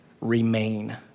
remain